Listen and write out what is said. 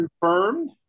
confirmed